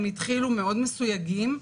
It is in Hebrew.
הם התחילו מאוד מסויגים,